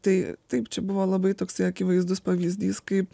tai taip čia buvo labai toksai akivaizdus pavyzdys kaip